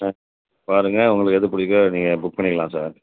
ஆ பாருங்க உங்களுக்கு எது பிடிக்குதோ அதை நீங்கள் புக் பண்ணிக்கலாம் சார்